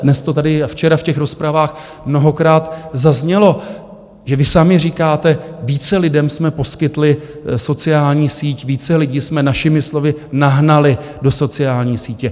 Dnes to tady a včera v těch rozpravách mnohokrát zaznělo, že vy sami říkáte, více lidem jsme poskytli sociální síť, více lidí jsme našimi slovy nahnali do sociální sítě.